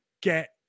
get